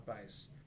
base